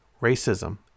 racism